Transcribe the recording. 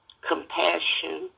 Compassion